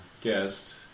guest